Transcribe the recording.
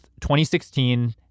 2016